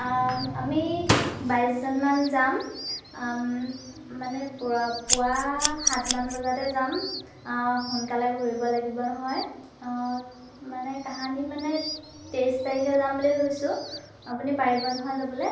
আমি বাইছজনমান যাম মানে পুৱা পুৱা সাতমান বজাতে যাম সোনকালে ঘূৰিব লাগিব নহয় মানে কাহানী মানে তেইছ তাৰিখে যাম বুলি ভাবিছোঁ আপুনি পাৰিব নহয় যাবলৈ